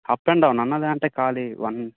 up and డౌనా అన్న అది అంటే ఖాళీ వన్